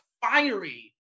fiery